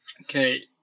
okay